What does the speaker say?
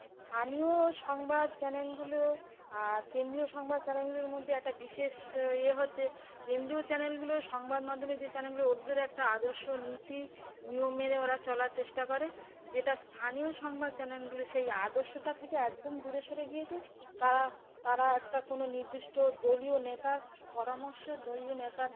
স্থানীয় সংবাদ চ্যানেলগুলো আর কেন্দ্রীয় সংবাদ চ্যানেলগুলোর মধ্যে একটা বিশেষ ইয়ে হচ্ছে কেন্দ্রীয় চ্যানেলগুলো সংবাদ মাধ্যমে যে চ্যানেলগুলো ওদের একটা আদর্শ নীতি নিয়ম মেনে ওরা চলার চেষ্টা করে যেটা স্থানীয় সংবাদ চ্যানেলগুলি সেই আদর্শটা থেকে একদম দূরে সরে গিয়েছে তারা তারা একটা কোনো নির্দিষ্ট দলীয় নেতার পরামর্শ দলীয় নেতার